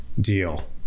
deal